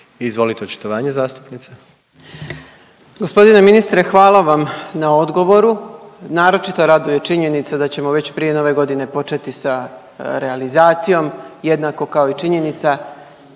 Izvolite očitovanje zastupnice. **Jeckov, Dragana (SDSS)** Gospodine ministre hvala vam na odgovoru. Naročito raduju činjenice da ćemo već prije Nove godine početi sa realizacijom jednako kao i činjenica